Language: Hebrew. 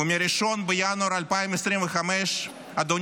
ומ-1 בינואר 2025 יעלה ב-5.3%,